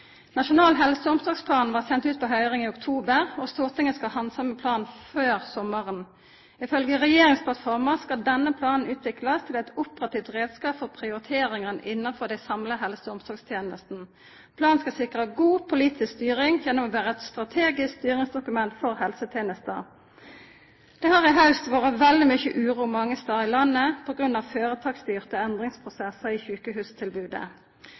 Nasjonal helse- og omsorgsplan blei sendt ut på høyring i oktober, og Stortinget skal handsama planen før sommaren. Ifølgje regjeringsplattforma skal denne planen utviklast til ein operativ reiskap for prioriteringar innanfor dei samla helse- og omsorgstenestene. Planen skal sikra god politisk styring gjennom å vera eit strategisk styringsdokument for helsetenesta. Det har i haust vore veldig mykje uro mange stader i landet på grunn av føretaksstyrte endringsprosessar i sjukehustilbodet.